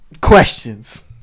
Questions